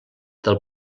del